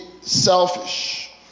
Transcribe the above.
selfish